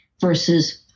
versus